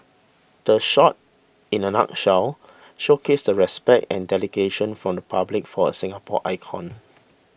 the shot in a nutshell showcased the respect and dedication from the public for a Singapore icon